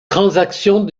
transactions